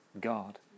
God